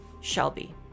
Shelby